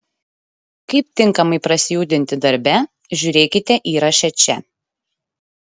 kaip tinkamai prasijudinti darbe žiūrėkite įraše čia